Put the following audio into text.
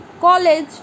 college